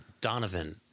Donovan